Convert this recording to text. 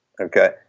Okay